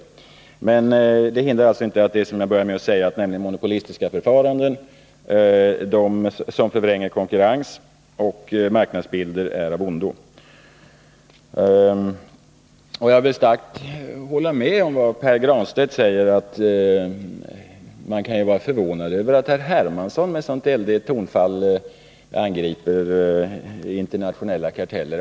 Som jag sade i början av mitt anförande anser jag alltså att monopolistiska förfaranden som förvränger konkurrensen och marknadsbilden är av ondo. Jag håller med Pär Granstedt när han säger att man blir förvånad över att herr Hermansson med så eldigt tonfall angriper internationella karteller.